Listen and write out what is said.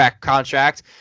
contract